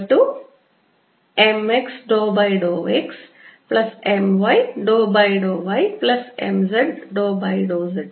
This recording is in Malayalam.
rr3 m